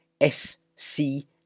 S-C